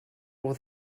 will